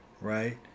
right